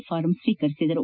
form ಸ್ವೀಕರಿಸಿದರು